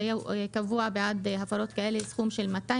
בעד הפרות כאלה נקבעו עיצומים בגובה